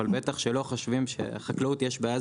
אבל בטח שלא חושבים שלחקלאות יש בעיה,